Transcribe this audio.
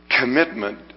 commitment